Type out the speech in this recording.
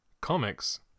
comics